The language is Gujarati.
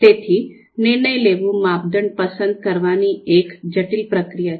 તેથી નિર્ણય લેવું માપદંડ પસંદ કરવાની એક જટિલ પ્રક્રિયા છે